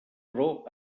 però